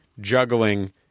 juggling